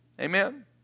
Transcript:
Amen